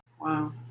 wow